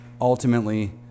ultimately